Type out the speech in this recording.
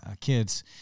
kids –